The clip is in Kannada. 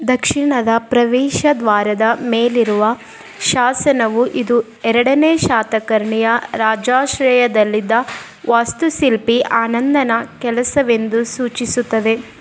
ದಕ್ಷಿಣದ ಪ್ರವೇಶ ದ್ವಾರದ ಮೇಲಿರುವ ಶಾಸನವು ಇದು ಎರಡನೇ ಶಾತಕರ್ಣಿಯ ರಾಜಾಶ್ರಯದಲ್ಲಿದ್ದ ವಾಸ್ತುಶಿಲ್ಪಿ ಆನಂದನ ಕೆಲಸವೆಂದು ಸೂಚಿಸುತ್ತದೆ